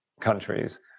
countries